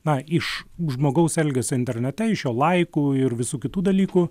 na iš žmogaus elgesio internete iš jo laikų ir visų kitų dalykų